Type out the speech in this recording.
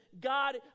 God